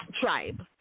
tribe